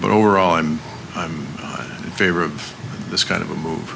but overall i'm i'm in favor of this kind of a move